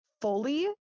fully